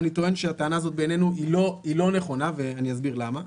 אני טוען שהטענה הזאת בעינינו היא לא נכונה ואני אסביר למה.